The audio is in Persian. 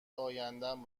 ایندم